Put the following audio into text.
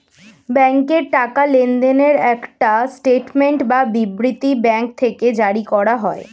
ব্যাংকে টাকা লেনদেনের একটা স্টেটমেন্ট বা বিবৃতি ব্যাঙ্ক থেকে জারি করা হয়